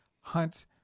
hunt